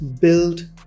build